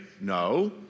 No